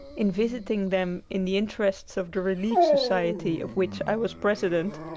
in visiting them in the interests of the relief society of which i was president,